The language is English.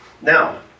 now